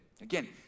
Again